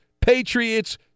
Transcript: Patriots